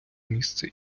місце